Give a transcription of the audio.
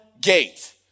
gate